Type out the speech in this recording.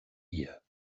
ear